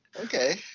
okay